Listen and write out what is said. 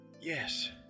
Yes